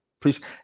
appreciate